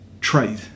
trade